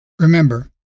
Remember